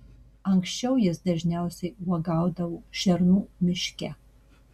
anksčiau jis dažniausiai uogaudavo šernų miške